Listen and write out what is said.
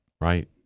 right